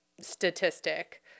statistic